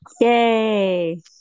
Yay